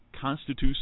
constitutes